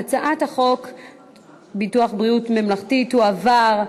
ההצעה להעביר את הצעת חוק ביטוח בריאות ממלכתי (תיקון,